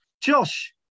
Josh